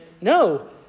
no